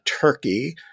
Turkey